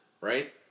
right